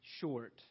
short